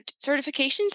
certifications